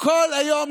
כל היום: